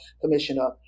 Commissioner